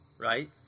right